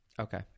Okay